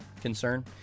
concern